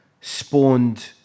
spawned